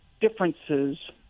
differences